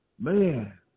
Man